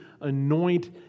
anoint